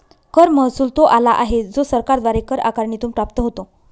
कर महसुल तो आला आहे जो सरकारद्वारे कर आकारणीतून प्राप्त होतो